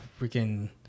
freaking